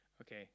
okay